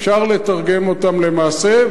אפשר לתרגם אותן למעשה,